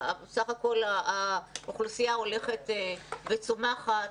שהאוכלוסייה הולכת וצומחת.